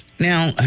Now